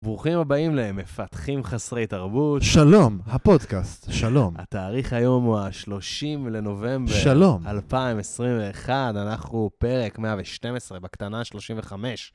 ברוכים הבאים למפתחים חסרי תרבות. שלום, הפודקאסט, שלום. התאריך היום הוא ה-30 לנובמבר. שלום. 2021, אנחנו פרק 112, בקטנה 35.